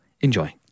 Enjoy